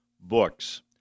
books